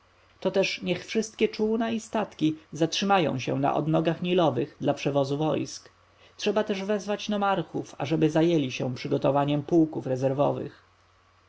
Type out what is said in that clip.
to też niech wszystkie czółna i statki zatrzymają na odnogach nilowych dla przewozu wojsk trzeba też wezwać nomarchów ażeby zajęli się przygotowaniem pułków rezerwowych